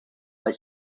what